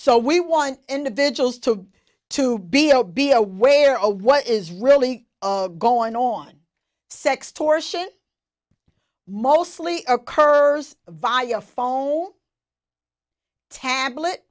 so we want individuals to to be able be aware of what is really going on sextortion mostly occurs via phone tablet